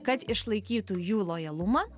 kad išlaikytų jų lojalumą